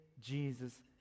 Jesus